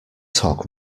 talk